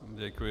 Děkuji.